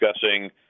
discussing